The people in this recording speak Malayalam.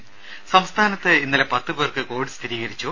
ത സംസ്ഥാനത്ത് ഇന്നലെ പത്തുപേർക്ക് കോവിഡ് സ്ഥിരീകരിച്ചു